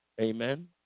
amen